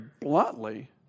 bluntly